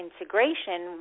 integration